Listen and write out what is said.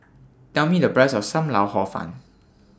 Tell Me The Price of SAM Lau Hor Fun